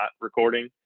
recording